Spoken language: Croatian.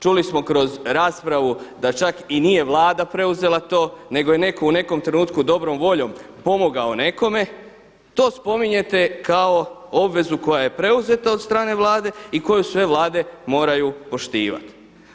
Čuli smo kroz raspravu da čak i nije Vlada preuzela to nego je netko u nekom trenutku dobrom voljom pomogao nekome, to spominjete kao obvezu koja je preuzeta od strane Vlade i koju sve Vlade moraju poštivati.